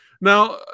now